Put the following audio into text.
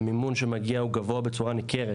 והמימון שמגיע הוא גבוה בצורה ניכרת.